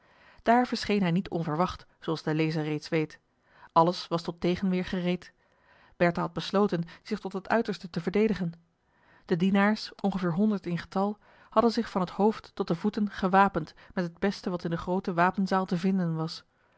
daar verscheen hij niet onverwacht zooals de lezer reeds weet alles was tot tegenweer gereed bertha had besloten zich tot het uiterste te verdedigen de dienaars ongeveer honderd in getal hadden zich van het hoofd tot de voeten gewapend met het beste wat in de groote wapenzaal te vinden was